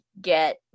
get